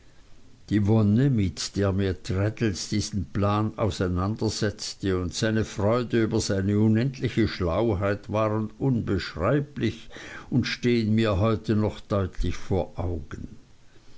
die wonne mit der mir traddles diesen plan auseinandersetzte und seine freude über seine unendliche schlauheit waren unbeschreiblich und stehen mir heute noch deutlich vor augen